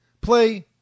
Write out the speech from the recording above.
play